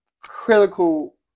critical